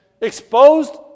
exposed